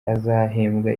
azahembwa